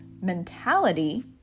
mentality